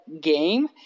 game